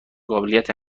قابلیت